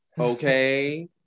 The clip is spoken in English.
okay